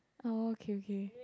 okay okay